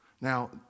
Now